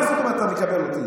מה זאת אומרת שאתה מקבל אותי?